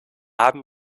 haben